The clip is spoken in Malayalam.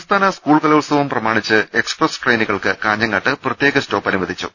സംസ്ഥാന സ്കൂൾ കലോത്സവം പ്രമാണിച്ച് എക്സ്പ്രസ് ട്രെയിനുകൾക്ക് കാഞ്ഞങ്ങാട്ട് പ്രത്യേക സ്റ്റോപ്പ് അനുവദിച്ചു